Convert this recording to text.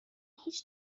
هیچ